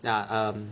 yeah um